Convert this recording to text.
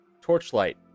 torchlight